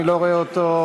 אני לא רואה אותו,